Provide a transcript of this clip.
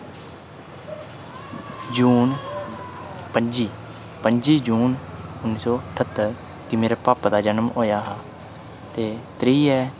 जून पंजी पंजी जून उन्नी सौ ठह्त्तर गी मेरे पापा दा जनम होएया हा ते त्री ऐ